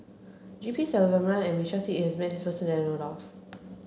G P Selvam and Michael Seet has met this person that I know of